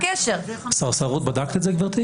סרסרות בדקת גברתי?